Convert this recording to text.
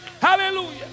Hallelujah